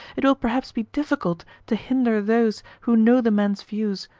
it will perhaps be difficult to hinder those who know the man's views,